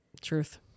Truth